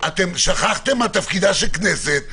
שכחתם מה תפקידה של כנסת.